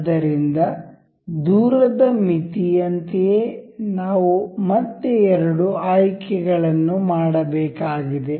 ಆದ್ದರಿಂದ ದೂರದ ಮಿತಿಯಂತೆಯೇ ನಾವು ಮತ್ತೆ ಎರಡು ಆಯ್ಕೆಗಳನ್ನು ಮಾಡಬೇಕಾಗಿದೆ